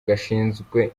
gashinzwe